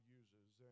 uses